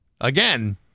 Again